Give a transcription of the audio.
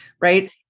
right